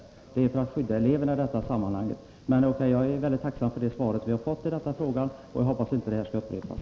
Det är till för att skydda eleverna i detta sammanhang. Men jag är tacksam för det besked jag har fått i frågan och hoppas att detta inte skall upprepas.